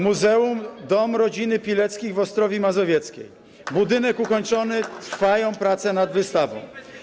Muzeum Dom Rodziny Pileckich w Ostrowi Mazowieckiej - budynek ukończony, trwają prace nad wystawą.